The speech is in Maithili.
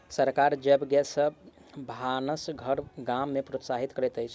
सरकार जैव गैस सॅ भानस घर गाम में प्रोत्साहित करैत अछि